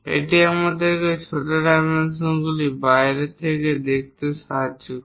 এটি আমাদেরকে এই ছোট ডাইমেনশনগুলিকে বাইরে থেকে দেখাতে সাহায্য করে